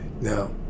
now